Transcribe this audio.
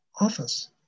office